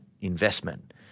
investment